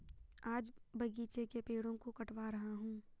आज बगीचे के पेड़ों को कटवा रहा हूं